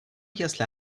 если